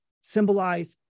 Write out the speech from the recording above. symbolize